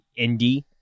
indie